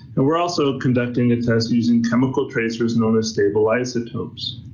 and we're also conducting a test using chemical tracers known as stable isotopes.